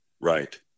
Right